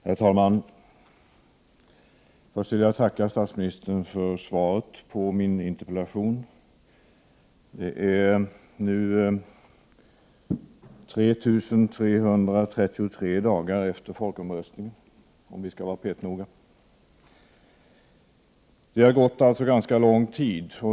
Herr talman! Först vill jag tacka statsministern för svaret på min interpellation. Det är nu 3 333 dagar sedan folkomröstningen — om vi vill vara petnoga. Det har alltså gått en ganska lång tid.